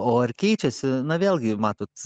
o ar keičiasi na vėlgi matot